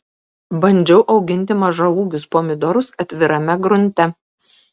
bandžiau auginti mažaūgius pomidorus atvirame grunte